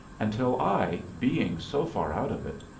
until i, being so far out of it,